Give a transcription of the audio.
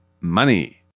Money